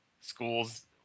schools